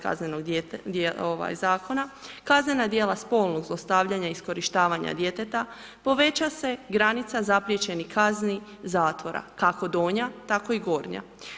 Kaznenog zakona, kaznena djela spolnog zlostavljanja i iskorištavanja djeteta poveća se granica zapriječenih kazni zatvora, kako donja, tako i gornja.